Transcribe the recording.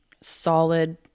solid